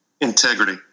Integrity